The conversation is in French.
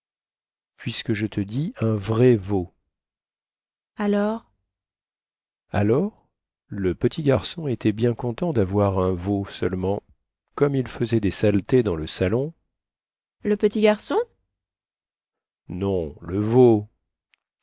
puisque je te dis un vrai veau alors alors le petit garçon était bien content davoir un veau seulement comme il faisait des saletés dans le salon le petit garçon non le veau